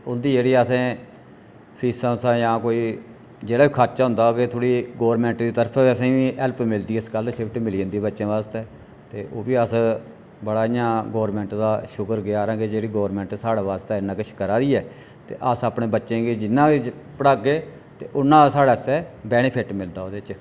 ते उं'दी जेह्ड़ी असें फीसां फूसां जां कोई जेह्ड़ा बी खर्चा होंदा थोह्ड़ी गौरमैंटा दी तरफा बी असें गी हैल्प मिलदी ऐ स्कालरशिप मिली जंदी बच्चें आस्तै ते ओह् बी अस बड़ा इ'यां गौरमैंट दा शुक्रगुजार आं कि जेह्ड़ी गौरमैंट साढ़े आस्तै इन्ना किश करै दी ऐ ते अस अपने बच्चें गी जिन्ना बी पढ़ागे ते उन्ना गै साढ़े आस्तै बैनिफेट मिलदा ओह्दे च